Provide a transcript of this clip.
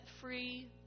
free